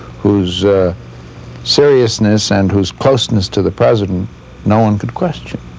whose seriousness and whose closeness to the president no one could question.